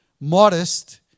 Modest